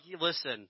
listen